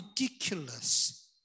ridiculous